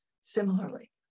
similarly